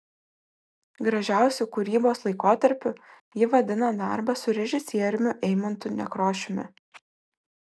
gražiausiu kūrybos laikotarpiu ji vadina darbą su režisieriumi eimuntu nekrošiumi